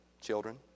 Children